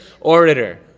orator